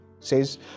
Says